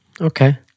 Okay